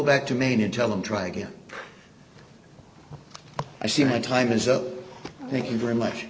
back to maine and tell them try again i see my time is up thank you very much